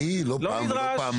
לא פעם